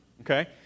okay